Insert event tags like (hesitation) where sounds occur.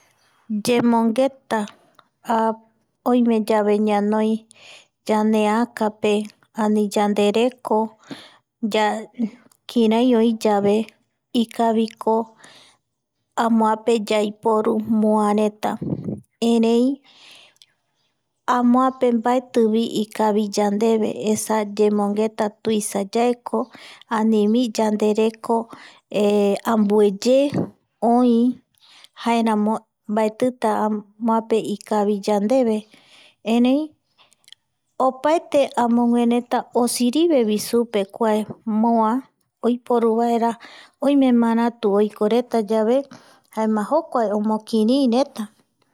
Yemongeta anivi (hesitation) oimeyave ñanoi ñaneakape ani yandereko (hesitation) kirai oï yave ikaviko amoape yaiporu moa reta (noise) erei amoape mbaetivi ikavi yandeve, esa yemongeta tuisa yaeko anivi yandereko (hesitation) ambueye oï (noise) jaeramo mbaetita amoape ikavi yandeve erei opaete amogue reta osirive vi supe kuae (noise) moa oiporu (hesitation) vaera oime maratu oiko retayave jaema jokuae omokiriireta (hesitation)